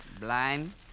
Blind